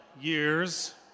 years